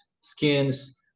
skins